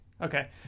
Okay